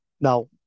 Now